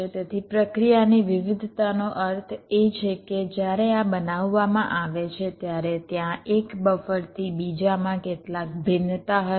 તેથી પ્રક્રિયાની વિવિધતાનો અર્થ એ છે કે જ્યારે આ બનાવવામાં આવે છે ત્યારે ત્યાં એક બફરથી બીજામાં કેટલાક ભિન્નતા હશે